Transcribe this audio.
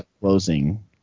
closing